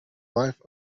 life